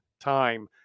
time